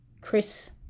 Chris